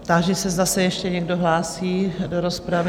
Táži se, zda se ještě někdo hlásí do rozpravy?